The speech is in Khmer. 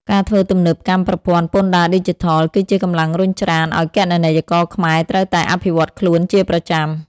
ការធ្វើទំនើបកម្មប្រព័ន្ធពន្ធដារឌីជីថល គឺជាកម្លាំងរុញច្រានឱ្យគណនេយ្យករខ្មែរត្រូវតែអភិវឌ្ឍខ្លួនជាប្រចាំ។